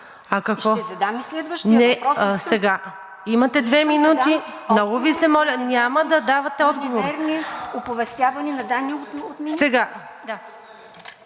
Ще задам и следващия въпрос.